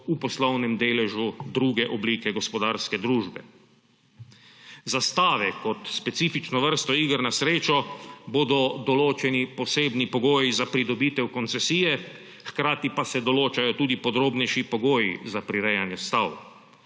v poslovnem deležu druge oblike gospodarske družbe. Za stave kot specifično vrsto iger na srečo bodo določeni posebni pogoji za pridobitev koncesije, hkrati pa se določajo tudi podrobnejši pogoji za prirejanje stav.